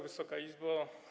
Wysoka Izbo!